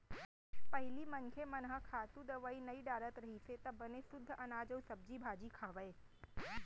पहिली मनखे मन ह खातू, दवई नइ डारत रहिस त बने सुद्ध अनाज अउ सब्जी भाजी खावय